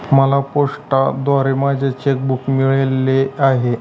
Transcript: मला पोस्टाद्वारे माझे चेक बूक मिळाले आहे